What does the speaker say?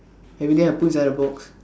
everyday I put inside the box